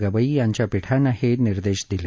गवई यांच्या पिठांनं हे निर्देश दिले